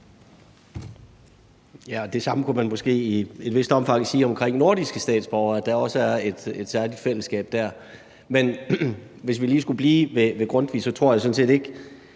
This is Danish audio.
Det samme kunne man måske i et vist omfang sige om nordiske statsborgere; der er også et særligt fællesskab der. Men hvis vi lige skulle blive ved Grundtvig, tror jeg sådan set heller